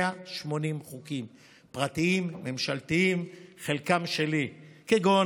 180 חוקים פרטיים, ממשלתיים, חלקם שלי, כגון